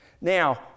Now